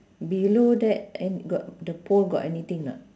below that an~ got the pole got anything or not